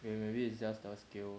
maybe it's just the scale